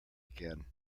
again